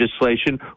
legislation